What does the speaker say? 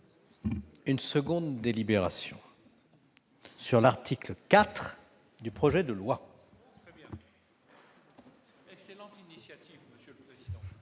une seconde délibération de l'article 4 du projet de loi.